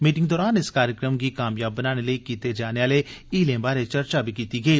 meeting दौरान इस कार्यक्रम गी कामयाब बनाने लेई कीते जाने आह्ले हीलें बारै चर्चा कीती गेई